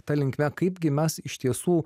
ta linkme kaipgi mes iš tiesų